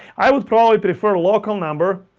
i would prolly prefer a local number